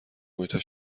محیطها